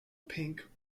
pink